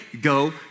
go